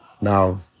Now